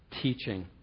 teaching